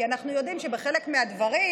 כי אנחנו יודעים שבחלק מהדברים,